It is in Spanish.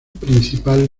principal